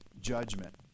judgment